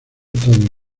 todos